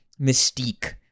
Mystique